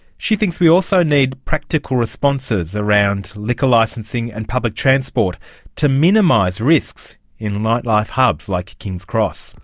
she thinks we also need practical responses around liquor licensing and public transport to minimise risks in nightlife hubs like kings cross